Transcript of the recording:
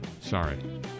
Sorry